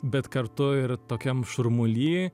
bet kartu ir tokiam šurmuly